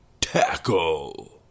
Tackle